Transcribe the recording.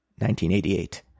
1988